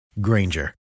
Granger